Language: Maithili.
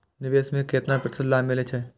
निवेश में केतना प्रतिशत लाभ मिले छै?